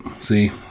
See